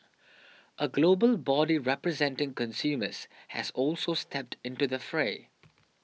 a global body representing consumers has also stepped into the fray